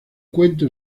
cuento